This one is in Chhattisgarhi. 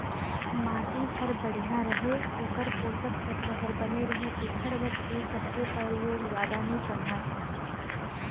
माटी हर बड़िया रहें, ओखर पोसक तत्व हर बने रहे तेखर बर ए सबके परयोग जादा नई करना चाही